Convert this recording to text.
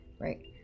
right